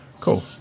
Cool